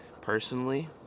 personally